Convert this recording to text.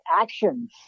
actions